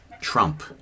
Trump